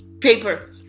Paper